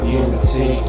unity